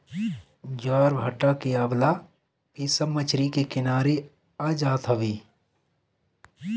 ज्वारभाटा के अवला पे सब मछरी के किनारे आ जात हवे